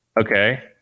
Okay